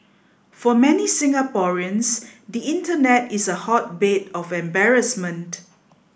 for many Singaporeans the internet is a hotbed of embarrassment